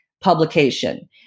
publication